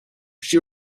she